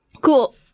Cool